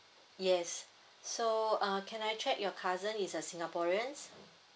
yes so uh can I check your cousin is a singaporeans